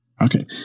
Okay